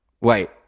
wait